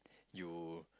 you